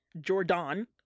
Jordan